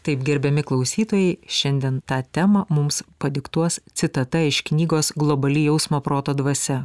taip gerbiami klausytojai šiandien tą temą mums padiktuos citata iš knygos globali jausmo proto dvasia